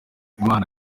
imana